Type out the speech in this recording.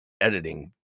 editing